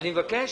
אני מבקש